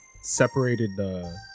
separated